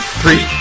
three